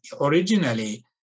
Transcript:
originally